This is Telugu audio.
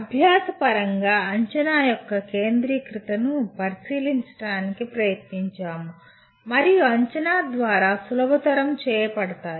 అభ్యాస పరంగా అంచనా యొక్క కేంద్రీకృతను పరిశీలించడానికి ప్రయత్నించాము మరియు అంచనా ద్వారా సులభతరం చేయబడతాయి